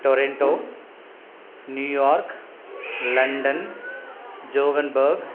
Toronto New York London Johannesburg